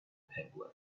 penguin